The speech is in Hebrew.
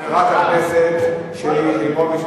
טול קורה מבין עיניך,